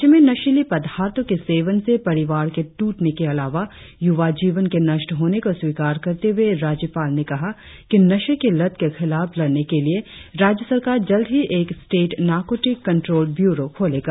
राज्य मे नशीली पदार्थों के सेवन से परिवार के ट्रटने के अलावा युवा जीवन के नष्ट होने को स्वीकार करते हुए राज्यपाल ने कहा कि नशे की लत के खिलाफ लड़ने के लिए राज्य सरकार जल्द ही एक स्टेट नार्कोटिक कंट्रोल ब्यूरों खोलेगा